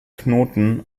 knoten